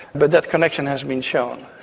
but that connection has been shown.